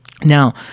Now